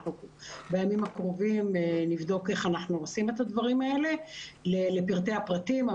בימים הקרובים נבדוק איך אנחנו עושים את הדברים האלה לפרטי הפרטים.